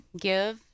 Give